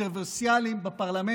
הקונספציה.